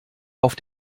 auf